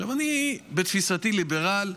עכשיו אני בתפיסתי ליברל,